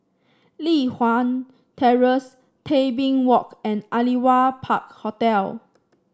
Li Hwan Terrace Tebing Walk and Aliwal Park Hotel